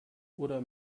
oder